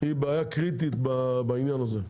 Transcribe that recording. היא בעיה קריטית בעניין הזה.